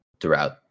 throughout